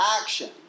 action